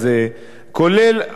כולל ההכרה בו,